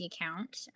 account